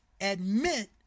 admit